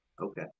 Okay